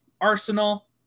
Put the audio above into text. Arsenal